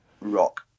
Rock